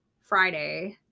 Friday